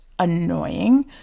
annoying